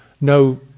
no